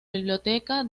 biblioteca